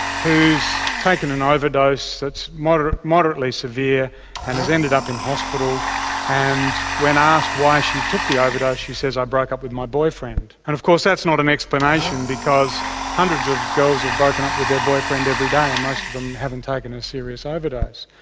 who's taken an overdose that's moderately moderately severe and has ended up in hospital and when asked why she took the overdose she says i broke up with my boyfriend. and of course that's not an explanation because hundreds of girls have broken up with their boyfriend every day and most of them haven't taken a serious overdose.